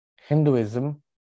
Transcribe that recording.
Hinduism